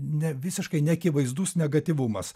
ne visiškai neakivaizdus negatyvumas